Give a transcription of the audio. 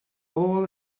all